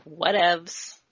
whatevs